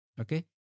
Okay